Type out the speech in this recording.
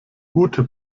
gute